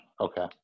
Okay